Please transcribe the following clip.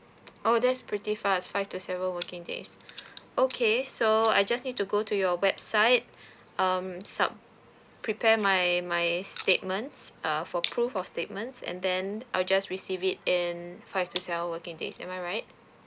oh that's pretty fast five to seven working days okay so I just need to go to your website um sub~ prepare my my statements uh for proof of statements and then I'll just receive it in five to seven working days am I right